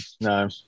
No